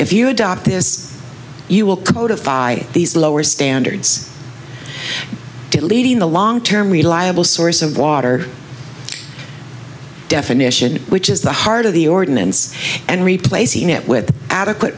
if you adopt this you will codify these lower standards did leading the long term reliable source of water definition which is the heart of the ordinance and replacing it with adequate